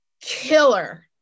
killer